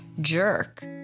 jerk